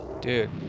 Dude